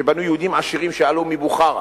שבנו יהודים עשירים שעלו מבוכרה.